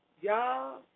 Y'all